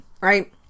right